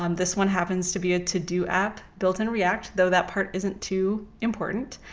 um this one happens to be a to do app, built in react, though that part isn't too important.